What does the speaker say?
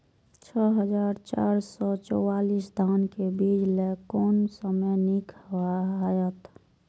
छः हजार चार सौ चव्वालीस धान के बीज लय कोन समय निक हायत?